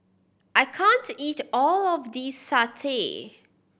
I can't eat all of this satay